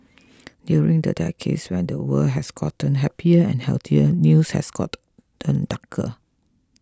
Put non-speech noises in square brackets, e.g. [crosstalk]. [noise] during the decades when the world has gotten happier and healthier news has got ten darker